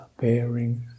bearing